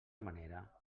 manera